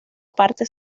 parte